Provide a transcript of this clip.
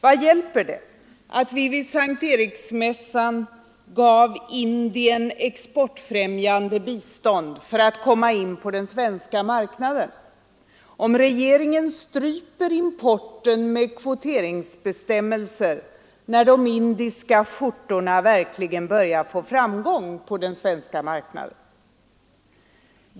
Vad hjälper det att vi vid S:t Eriksmässan gav Indien exportfrämjande bistånd för att komma in på den svenska marknaden, om regeringen stryper importen med kvoteringsbestämmelser när de indiska skjortorna verkligen börjar få framgång på den svenska marknaden?